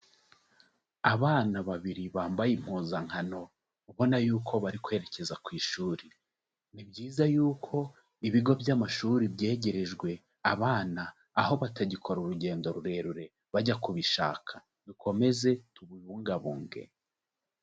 Abana babiri bambaye impuzankano ubona y'uko bari kwerekeza ku ishuri, ni byiza yuko ibigo by'amashuri byegerejwe abana aho batagikora urugendo rurerure bajya kubishaka, dukomeze tubibungabunge.